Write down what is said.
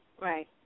Right